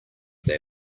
they